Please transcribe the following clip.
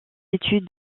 études